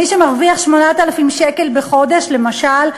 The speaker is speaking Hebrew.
מי שמרוויח 8,000 שקלים בחודש למשל,